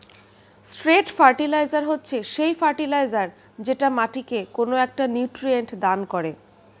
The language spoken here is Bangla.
স্ট্রেট ফার্টিলাইজার হচ্ছে সেই ফার্টিলাইজার যেটা মাটিকে কোনো একটা নিউট্রিয়েন্ট দান করে